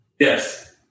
Yes